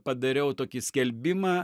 padariau tokį skelbimą